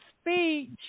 speech